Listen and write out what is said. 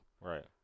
Right